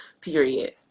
Period